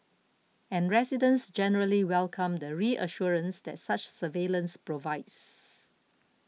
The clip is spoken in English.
and residents generally welcome the reassurance that such surveillance provides